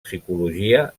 psicologia